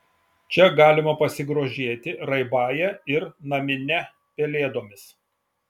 čia galima pasigrožėti raibąja ar namine pelėdomis